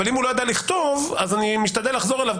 אבל אם הוא לא יודע לכתוב אז אני משתדל לחזור אליו,